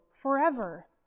forever